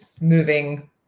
moving